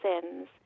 sins